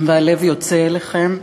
והלב יוצא אליכם.